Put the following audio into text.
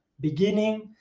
beginning